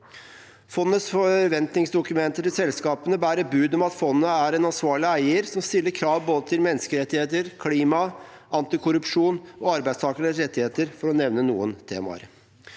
Fondets forventningsdokumenter til selskapene bærer bud om at fondet er en ansvarlig eier som stiller krav når det gjelder både menneskerettigheter, klima, antikorrupsjon og arbeidstakeres rettigheter, for å nevne noen temaer.